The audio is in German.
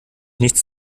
nichts